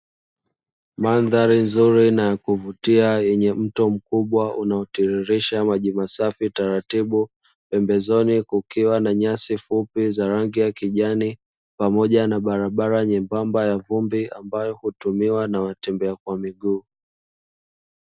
Mandhari ni nzuri na kuvutia yenye mto mkubwa unaotiririsha maji safi taratibu, pembezoni kukiwa na nyasi fupi za rangi ya kijani pamoja na barabara nyembamba ya vumbi ambayo hutumiwa na watembea kwa miguu.